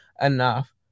enough